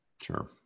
Sure